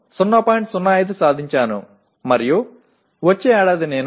05 ஐ அடைந்துவிட்டேன் அடுத்த ஆண்டு அதை 0